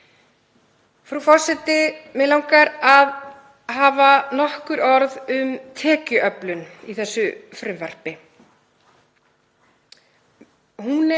Frú forseti. Mig langar að hafa nokkur orð um tekjuöflun í þessu frumvarpi.